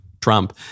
Trump